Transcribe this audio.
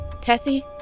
Tessie